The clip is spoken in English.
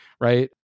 right